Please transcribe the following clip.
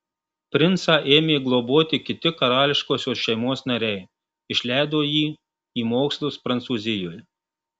princą ėmė globoti kiti karališkosios šeimos nariai išleido jį į mokslus prancūzijoje